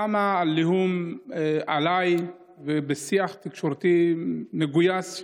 קם עליי עליהום בשיח תקשורתי מגויס,